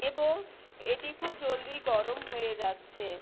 এবং এটি খুব জলদি গরম হয়ে যাচ্ছে